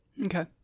Okay